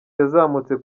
yazamutse